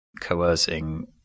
coercing